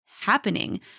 Happening